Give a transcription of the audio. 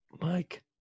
Mike